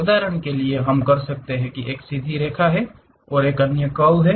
उदाहरण के लिए हम कर सकते हैं एक एक सीधी रेखा है अन्य एक कर्व है